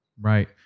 Right